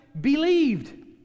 believed